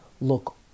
look